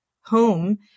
home